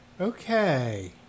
Okay